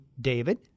David